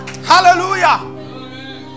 hallelujah